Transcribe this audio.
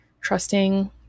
trusting